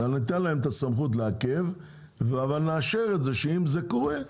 ניתן להם את הסמכות לעכב אבל נאשר את זה שאם זה קורה,